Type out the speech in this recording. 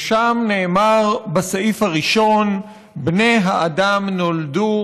ושם נאמר בסעיף הראשון: בני האדם נולדו